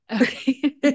Okay